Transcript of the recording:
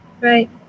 Right